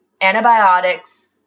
antibiotics